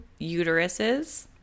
uteruses